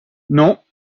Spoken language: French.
non